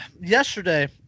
Yesterday